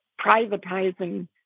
privatizing